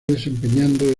desempeñando